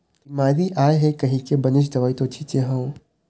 बिमारी आय हे कहिके बनेच दवई तो छिचे हव